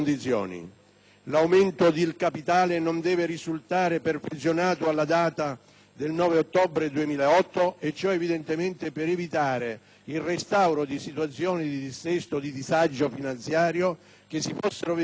l'aumento del capitale sociale non deve risultare perfezionato alla data del 9 ottobre 2008, e ciò evidentemente per evitare il restauro di situazioni di dissesto o di disagio finanziario che si fossero verificate